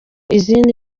izindi